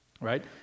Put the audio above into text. Right